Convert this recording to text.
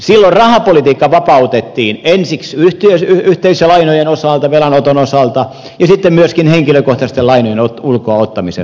silloin rahapolitiikka vapautettiin ensiksi yhteisölainojen osalta velanoton osalta ja sitten myöskin henkilökohtaisten lainojen ulkoa ottamisen osalta